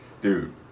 Dude